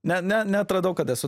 ne ne neatradau kad esu